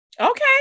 okay